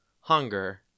hunger